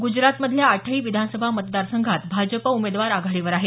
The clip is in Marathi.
गुजरातमधल्या आठही विधानसभा मतदारसंघात भाजप उमेदवार आघाडीवर आहे